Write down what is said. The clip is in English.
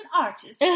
Arches